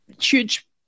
huge